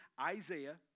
Isaiah